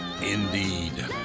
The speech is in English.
Indeed